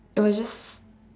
it was just